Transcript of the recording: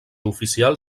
oficial